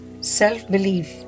self-belief